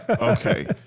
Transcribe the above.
Okay